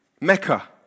Mecca